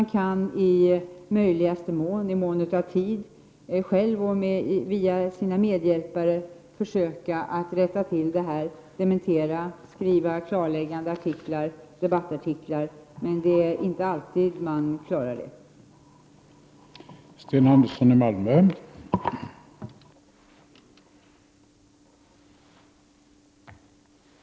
Man kan i möjligaste mån, om det finns tid, själv och genom sina medhjälpare försöka att rätta till, dementera och skriva klargörande debattartiklar. Men det är inte alltid man klarar uppgiften.